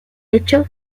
hecho